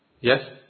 Yes